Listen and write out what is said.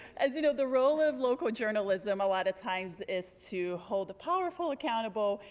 as you know the role of local journalism a lot of times is to hold the powerful accountable.